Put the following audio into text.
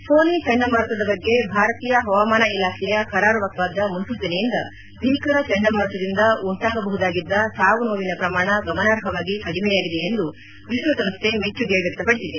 ಫೋನಿ ಚಂಡಮಾರುತದ ಬಗ್ಗೆ ಭಾರತೀಯ ಹವಾಮಾನ ಇಲಾಖೆಯ ಕರಾರುವಕ್ಕಾದ ಮುನ್ಲೂಚನೆಯಿಂದ ಭೀಕರ ಚಂಡಮಾರುತದಿಂದ ಉಂಟಾಗಬಹುದಾಗಿದ್ದ ಸಾವು ನೋವಿನ ಪ್ರಮಾಣ ಗಮನಾರ್ಹವಾಗಿ ಕಡಿಮೆಯಾಗಿದೆ ಎಂದು ವಿಶ್ವಸಂಸ್ಥೆ ಮೆಚ್ಚುಗೆ ವ್ಯಕ್ತಪಡಿಸಿದೆ